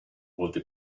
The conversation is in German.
wurde